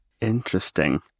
Interesting